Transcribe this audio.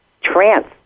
trance